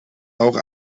auch